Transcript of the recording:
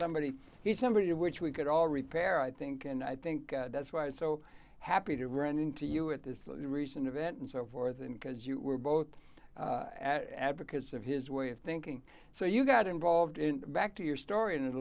somebody somebody of which we could all repair i think and i think that's why i was so happy to run into you at this recent event and so forth and because you were both at advocates of his way of thinking so you got involved in back to your story in